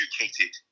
educated